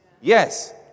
Yes